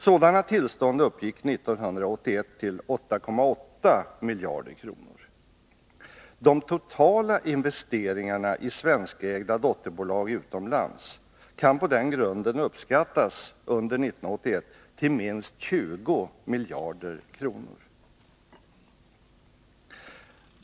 Sådana tillstånd uppgick 1981 till 8,8 miljarder kronor. De totala investeringarna i svenskägda dotterbolag utomlands kan på den grunden under 1981 uppskattas till minst 20 miljarder kronor.